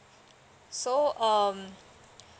so um